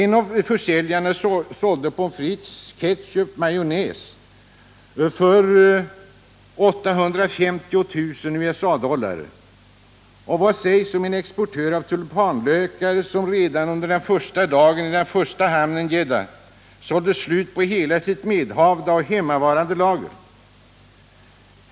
En av försäljarna sålde pommes frites, ketchup och majonnäs för 850 000 USA-dollar. Och vad sägs om den exportör av tulpanlökar som redan under den första dagen i den första hamnen — Djedda — sålde slut på hela sitt medhavda och hemmavarande lager.